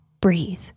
breathe